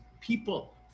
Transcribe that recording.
people